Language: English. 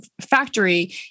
factory